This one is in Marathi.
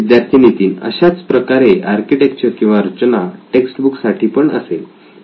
विद्यार्थी नितीन अशाच प्रकारचे आर्किटेक्चर किंवा रचना टेक्स्ट बुक्स साठी पण असेल